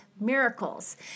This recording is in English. miracles